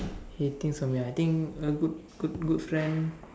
he thinks about me ah I think a good good good friend